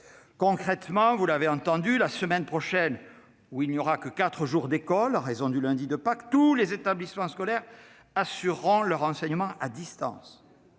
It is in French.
Concrètement, la semaine prochaine, où il n'y aura que quatre jours d'école, en raison du lundi de Pâques, tous les établissements scolaires assureront leurs enseignements à distance.